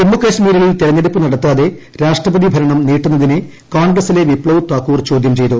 ജമ്മുകാശ്മീരിൽ ്തെരഞ്ഞെടുപ്പ് നടത്താതെ രാഷ്ട്രപതിഭരണം നീട്ടുന്നതിനെ കോൺഗ്രസിലെ വിപ്തവ് താക്കൂർ ചോദ്യം ചെയ്തു